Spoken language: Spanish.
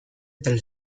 del